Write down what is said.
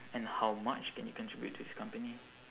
and how much can you contribute to this company